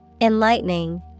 Enlightening